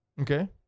Okay